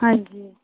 ਹਾਂਜੀ